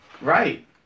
Right